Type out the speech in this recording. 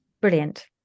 Brilliant